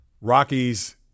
Rockies